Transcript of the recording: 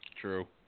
True